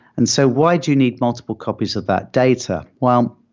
and so why do you need multiple copies of that data? well,